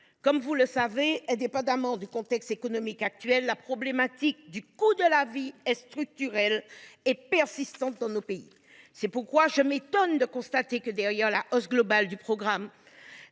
Comme vous le savez, indépendamment du contexte économique actuel, le problème du coût de la vie est structurel et persistant dans nos pays. C’est pourquoi je m’étonne de constater que, derrière la hausse globale des